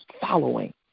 following